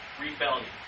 rebellion